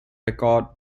record